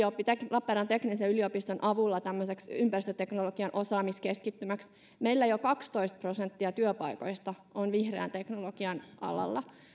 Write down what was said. lappeenrannan teknillisen yliopiston avulla tämmöiseksi ympäristöteknologian osaamiskeskittymäksi meillä jo kaksitoista prosenttia työpaikoista on vihreän teknologian alalla